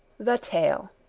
the tale.